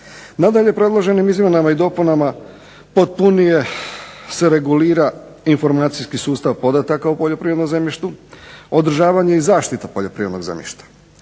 Nadalje, predloženim izmjenama i dopunama potpunije se regulira informacijski sustav podataka u poljoprivrednom zemljištu, održavanje i zaštita poljoprivrednog zemljišta,